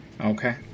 Okay